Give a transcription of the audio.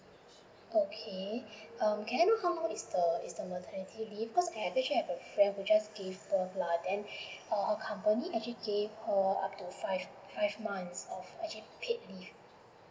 okay um can I know how long is the is the maternity leave cause I just shared have a friend who just gave birth lah then her company actually gave her up to five five months of actually paid leave